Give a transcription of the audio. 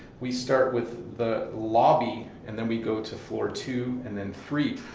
we start with the lobby, and then we go to floor two, and then three.